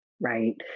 right